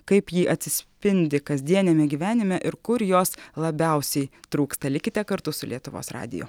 kaip ji atsispindi kasdieniame gyvenime ir kur jos labiausiai trūksta likite kartu su lietuvos radiju